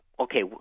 Okay